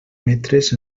metres